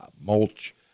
mulch